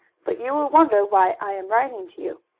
but you will wonder why i am writing to you.